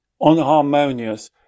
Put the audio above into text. unharmonious